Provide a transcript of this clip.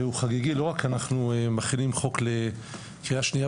הוא חגיגי לא רק מכיוון שאנחנו מכינים חוק לקריאה שנייה